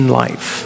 life